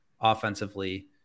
offensively